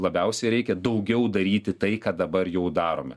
labiausiai reikia daugiau daryti tai ką dabar jau darome